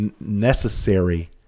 necessary